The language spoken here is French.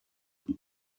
les